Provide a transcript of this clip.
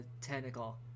tentacle